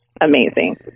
amazing